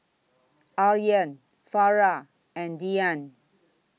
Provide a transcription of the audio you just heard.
Aryan Farah and Dian